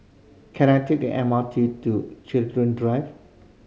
can I take the M R T to Chiltern Drive